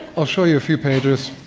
i'll show you a few pages.